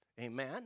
amen